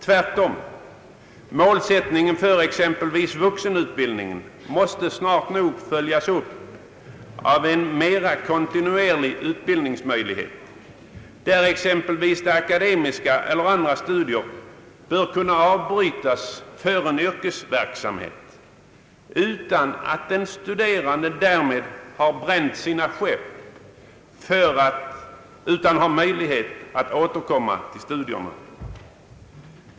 Tvärtom, målsättningen för exempelvis vuxenutbildningen måste snart nog följas upp av en mera kontinuerlig utbildningsmöjlighet. Akademiska eller andra studier bör kunna avbrytas för en yrkesverksamhet utan att den studerande därmed har »bränt sina skepp» och i stället har möjlighet att återkomma till studierna.